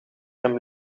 hem